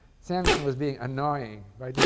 samuelson was being annoying by